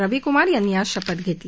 रवी कुमार यांनी आज शपथ घेतली